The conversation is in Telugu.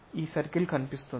ఈ సర్కిల్ కనిపిస్తుంది